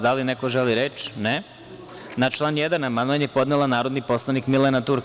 Da li neko želi reč? (Ne) Na član 1. amandman je podnela narodni poslanik Milena Turk.